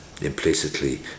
implicitly